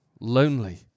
lonely